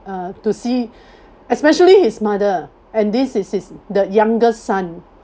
uh to see especially his mother and this is is the youngest son